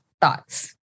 Thoughts